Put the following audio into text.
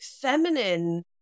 feminine